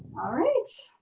alright.